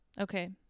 Okay